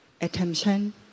attention